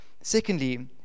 secondly